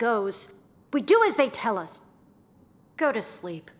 goes we do as they tell us to go to sleep